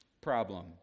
problem